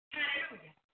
Hallelujah